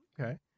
okay